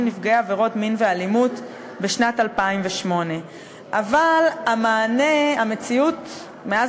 נפגעי עבירות מין ואלימות משנת 2008. אבל המציאות מאז